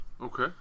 Okay